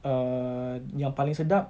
err yang paling sedap